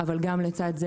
אבל לצד זה,